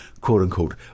quote-unquote